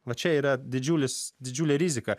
va čia yra didžiulis didžiulė rizika